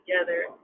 together